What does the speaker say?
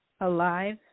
alive